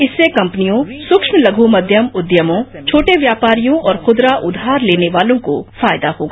इससे कपनियों सूक्ष्म लघु माध्यम उद्यमों छोटे व्यापारियों और खुदरा उधार लेने वालों को फायदा होगा